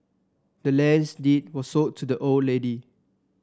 the land's deed was sold to the old lady